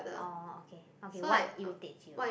oh okay okay what irritates you